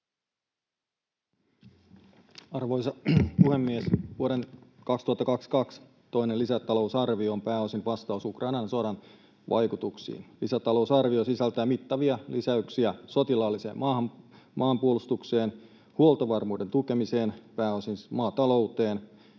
Arvoisa puhemies! Vuoden 2022 toinen lisätalousarvio on pääosin vastaus Ukrainan sodan vaikutuksiin. Lisätalousarvio sisältää mittavia lisäyksiä sotilaalliseen maanpuolustukseen, huoltovarmuuden tukemiseen — pääosin siis maatalouteen